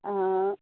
आं